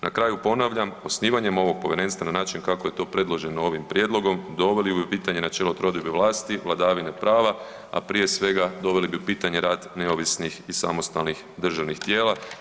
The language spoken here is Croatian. Na kraju ponavljam osnivanjem ovog povjerenstva na način kako je to predloženo ovim prijedlogom doveli bi u pitanje načelo trodiobe vlasti, vladavine prava, a prije svega doveli bi u pitanje rad neovisnih i samostalnih državnih tijela.